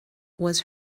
was